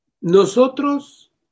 nosotros